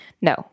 no